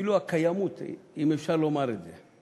ואפילו הקיימות, אם אפשר לומר את זה.